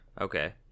Okay